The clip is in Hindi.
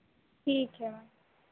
ठीक है मैम